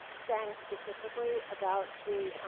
dang, specifically about the